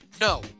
No